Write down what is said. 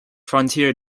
frontier